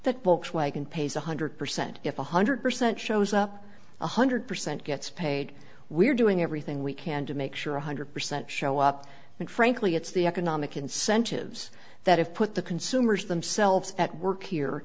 that volkswagen pays one hundred percent if one hundred percent shows up one hundred percent gets paid we're doing everything we can to make sure one hundred percent show up and frankly it's the economic incentives that have put the consumers themselves at work here